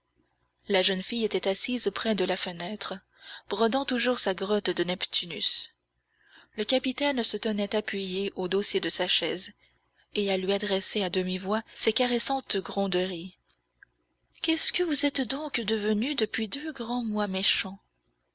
la jeune fille était assise près de la fenêtre brodant toujours sa grotte de neptunus le capitaine se tenait appuyé au dossier de sa chaise et elle lui adressait à demi-voix ses caressantes gronderies qu'est-ce que vous êtes donc devenu depuis deux grands mois méchant